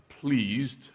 pleased